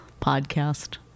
podcast